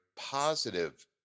positive